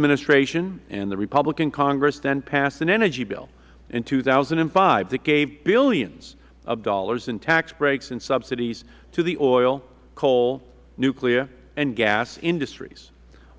administration and the republican congress then passed an energy bill in two thousand and five that gave billions of dollars in tax breaks and subsidies to the oil coal nuclear and gas industries